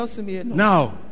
Now